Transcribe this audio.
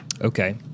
Okay